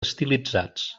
estilitzats